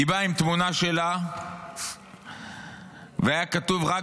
היא באה עם תמונה שלה ועליה היה כתוב: רק